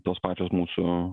tos pačios mūsų